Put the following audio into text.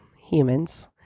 humans